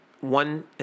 one